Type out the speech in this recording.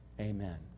amen